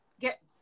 get